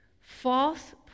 False